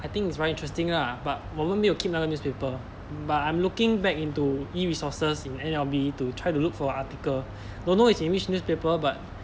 I think it's very interesting ah but 我们没有 keep 那个 newspaper but I'm looking back into e-resources in N_L_B to try to look for article don't know it's in which newspaper but